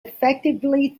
effectively